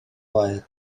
oer